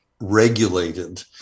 regulated